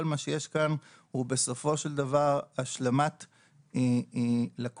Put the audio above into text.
כל מה שיש כאן הוא בסופו של דבר השלמת לקונה